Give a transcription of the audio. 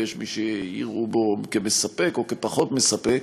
ויש מי שיראו בו מספק או פחות מספק.